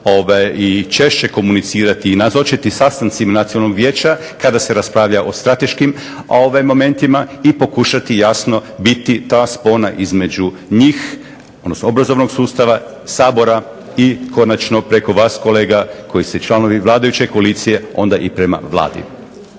i češće komunicirati i nazočiti sastancima Nacionalnog vijeća kada se raspravlja o strateškim momentima i pokušati jasno biti ta spona između njih, odnosno obrazovnog sustava, Sabora i konačno preko vas kolega, koji ste članovi vladajuće koalicije, onda i prema Vladi.